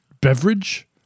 beverage